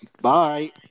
Bye